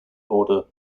border